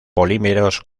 polímeros